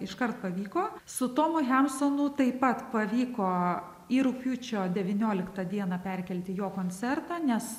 iškart pavyko su tomu hemsonu taip pat pavyko į rugpjūčio devynioliktą dieną perkelti jo koncertą nes